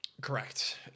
Correct